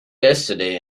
yesterday